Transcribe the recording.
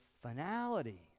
finality